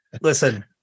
Listen